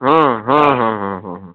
ہاں ہاں ہاں ہاں ہاں ہاں